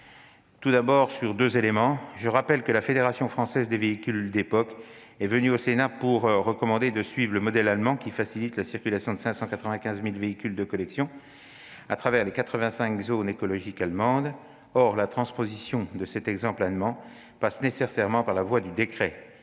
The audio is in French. en rappelant deux éléments. Tout d'abord, la Fédération française des véhicules d'époque (FFVE) est venue au Sénat pour recommander de suivre le modèle allemand qui facilite la circulation de 595 000 véhicules de collection à travers les 85 zones écologiques allemandes. Or la transposition de cet exemple allemand passe nécessairement par la voie du décret.